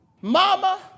Mama